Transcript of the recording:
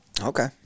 Okay